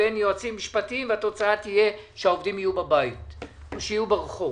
בין יועצים משפטיים והתוצאה תהיה שהעובדים יהיו בבית או שיהיו ברחוב.